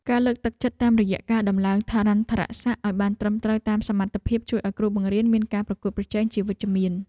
ការលើកទឹកចិត្តតាមរយៈការដំឡើងឋានន្តរស័ក្តិឱ្យបានត្រឹមត្រូវតាមសមត្ថភាពជួយឱ្យគ្រូបង្រៀនមានការប្រកួតប្រជែងជាវិជ្ជមាន។